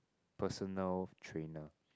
personal trainer